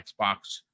Xbox